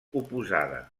oposada